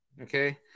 okay